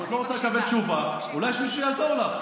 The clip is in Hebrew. אם את לא רוצה לקבל תשובה, אולי יש מי שיעזור לך.